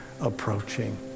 approaching